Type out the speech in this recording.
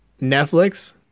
Netflix